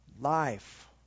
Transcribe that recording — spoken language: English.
Life